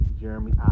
Jeremy